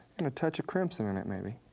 and a touch of crimson in it, maybe.